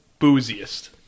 booziest